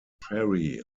ferry